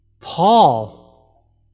Paul